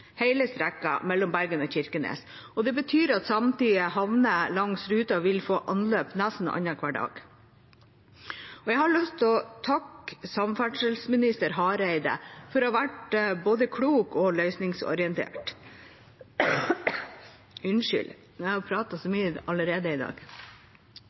hele strekket mellom Bergen og Kirkenes. Det betyr at samtlige havner langs ruta vil få anløp nesten annenhver dag. Jeg har lyst til å takke samferdselsminister Hareide for å ha vært både klok og løsningsorientert, for det er faktisk lett å tro at ministeren så mer på sakens opprinnelige forslag, det som